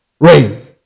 rain